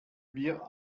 wir